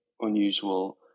unusual